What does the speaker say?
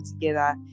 together